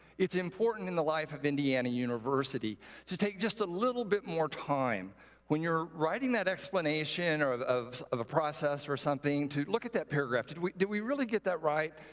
it's important in the life of indiana university to take just a little bit more time when you're writing that explanation of of of a process or something to look at that paragraph. did we did we really get that right?